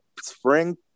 spring